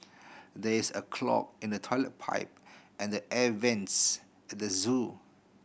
there is a clog in the toilet pipe and the air vents at the zoo